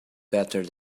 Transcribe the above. better